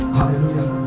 Hallelujah